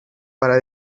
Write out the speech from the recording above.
para